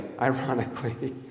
ironically